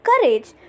courage